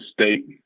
state